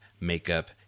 makeup